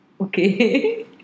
Okay